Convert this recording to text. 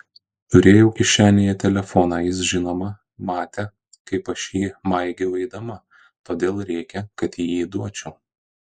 turėjau kišenėje telefoną jis žinoma matė kaip aš jį maigiau eidama todėl rėkė kad jį duočiau